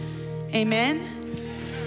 Amen